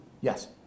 Yes